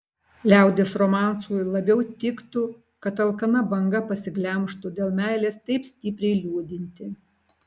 liaudies romansui labiau tiktų kad alkana banga pasiglemžtų dėl meilės taip stipriai liūdintį